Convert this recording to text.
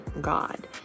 God